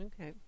Okay